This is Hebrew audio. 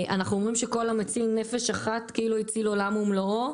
אנחנו אומרים שכל המציל נפש אחת כאילו הציל עולם ומלואו,